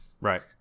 right